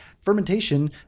fermentation